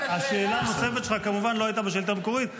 השאלה הנוספת שלך לא הייתה בשאילתה המקורית,